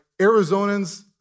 Arizonans